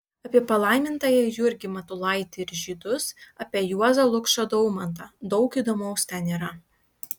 apie palaimintąjį jurgį matulaitį ir žydus apie juozą lukšą daumantą daug įdomaus ten yra